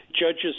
judges